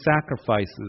sacrifices